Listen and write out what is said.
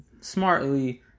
smartly